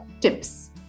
tips